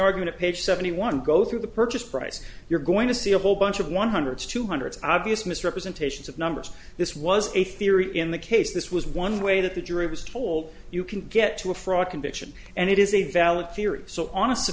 argument page seventy one go through the purchase price you're going to see a whole bunch of one hundred two hundred obvious misrepresentations of numbers this was a theory in the case this was one way that the jury was told you can get to a fraud conviction and it is a valid theory so on